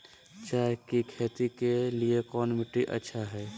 चाय की खेती के लिए कौन मिट्टी अच्छा हाय?